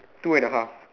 two and a half